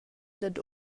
dad